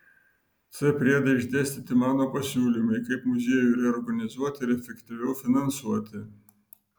c priede išdėstyti mano pasiūlymai kaip muziejų reorganizuoti ir efektyviau finansuoti